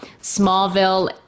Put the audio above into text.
Smallville